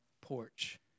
porch